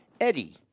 Eddie